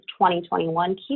2021